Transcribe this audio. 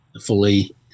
fully